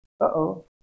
Uh-oh